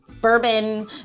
bourbon